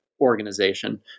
organization